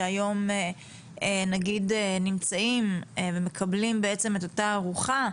שהיום נמצאים ומקבלים את אותה ארוחה,